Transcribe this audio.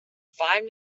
find